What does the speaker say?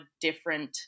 different